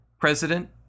president